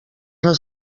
les